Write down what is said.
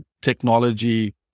technology